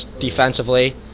defensively